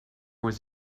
was